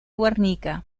guernica